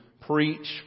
preach